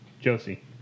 Josie